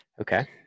Okay